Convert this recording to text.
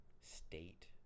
state